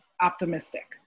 optimistic